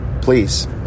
please